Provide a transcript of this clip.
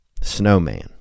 snowman